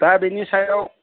दा बेनि सायाव